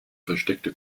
versteckte